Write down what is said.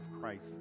Christ